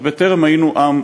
עוד בטרם היינו עם,